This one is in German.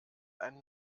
ein